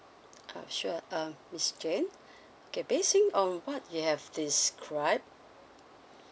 uh sure uh miss jane okay basing on what you have described